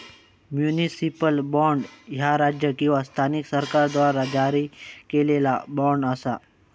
municipal bond, ह्या राज्य किंवा स्थानिक सरकाराद्वारा जारी केलेला बॉण्ड असा